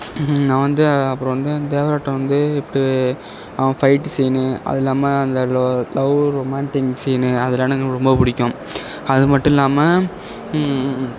நான் வந்து அப்புறம் வந்து தேவராட்டம் வந்து இப்போ அவன் ஃபைட்டு சீனு அது இல்லாமல் அந்த ல லவ் ரொமேன்டிங் சீனு அதெலாம் எனக்கு ரொம்ப பிடிக்கும் அது மட்டும் இல்லாமல்